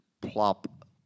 plop